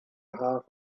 half